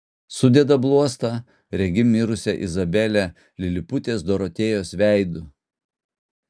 sudeda bluostą regi mirusią izabelę liliputės dorotėjos veidu